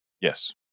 Yes